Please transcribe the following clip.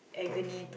burning